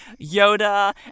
Yoda